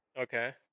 Okay